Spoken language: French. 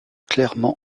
clairement